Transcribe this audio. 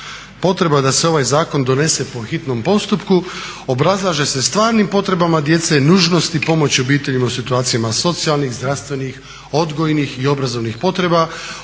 Potreba da se ovaj zakon donese po hitnom postupku obrazlaže se stvarnim potrebama djece, nužnosti pomoći obiteljima u situacijama socijalnih, zdravstvenih, odgojnih i obrazovanih potreba,